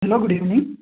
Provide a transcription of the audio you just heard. hello good evening